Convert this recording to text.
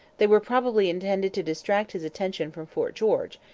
they were probably intended to distract his attention from fort george,